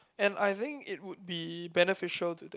and I think it would be beneficial to them